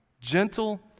gentle